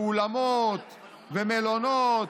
אולמות ומלונות,